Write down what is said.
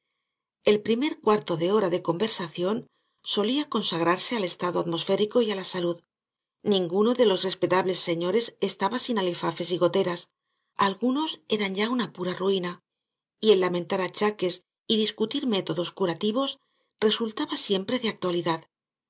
el primer cuarto de hora de conversación solía consagrarse al estado atmosférico y á la salud ninguno de los respetables señores estaba sin alifafes y goteras algunos eran ya una pura ruina y el lamentar achaques y discutir métodos curativos resultaba siempre de actualidad